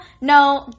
no